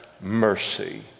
mercy